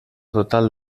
total